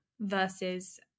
versus